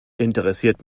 interessiert